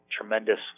tremendous